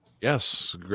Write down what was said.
yes